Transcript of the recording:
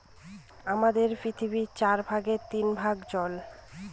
আমাদের পৃথিবীর চার ভাগের তিন ভাগ জল